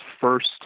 first